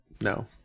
No